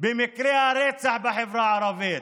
במקרי הרצח בחברה הערבית.